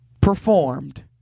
performed